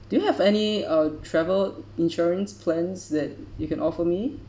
do you have any uh travel insurance plans that you can offer me